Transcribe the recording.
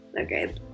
Okay